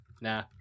Nah